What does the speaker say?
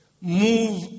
Move